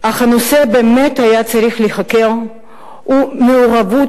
אך הנושא שבאמת היה צריך להיחקר הוא מעורבות